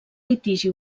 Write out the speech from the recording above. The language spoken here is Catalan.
litigi